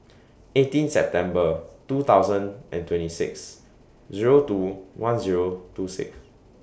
eighteen September two thousand and twenty six Zero two one Zero two six